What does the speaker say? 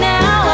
Now